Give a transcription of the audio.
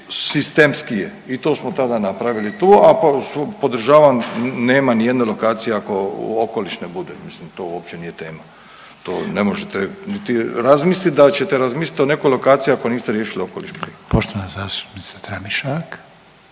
sistemskije i to smo tada napravili tu, a podržavam nema nijedne lokacije ako u okoliš ne bude, mislim to uopće nije tema, to ne možete niti razmisliti da ćete razmislit o nekoj lokaciji ako niste riješili okoliš prije. **Reiner, Željko